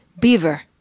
Beaver